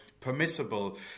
permissible